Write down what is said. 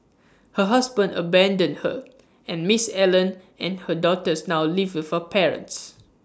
her husband abandoned her and miss Allen and her daughters now live with her parents